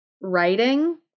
writing